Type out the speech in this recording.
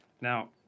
Now